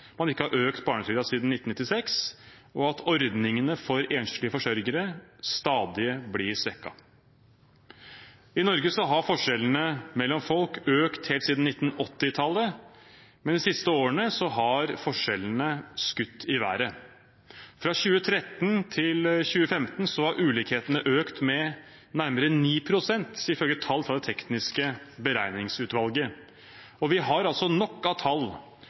man ikke har økt barnetrygden siden 1996, og at ordningene for enslige forsørgere stadig blir svekket. I Norge har forskjellene mellom folk økt helt siden 1980-tallet, men de siste årene har forskjellene skutt i været. Fra 2013 til 2015 har ulikhetene økt med nærmere 9 pst., ifølge tall fra Det tekniske beregningsutvalget. Vi har nok av tall